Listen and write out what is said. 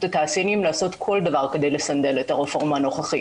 התעשיינים לעשות כל דבר כדי לסנדל את הרפורמה הנכון.